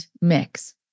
mix